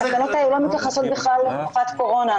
התקנות האלה לא מתייחסות בכלל לתקופות קורונה.